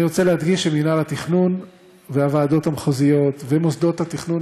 אני רוצה להדגיש שמינהל התכנון והוועדות המחוזיות ומוסדות התכנון